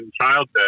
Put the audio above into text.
childhood